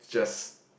just